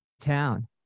town